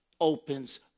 opens